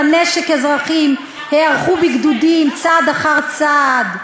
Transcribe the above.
הנשק אזרחים / היערכו בגדודים / צעד צעד".